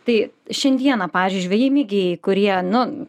tai šiandieną pavyzdžiui žvejai mėgėjai kurie nu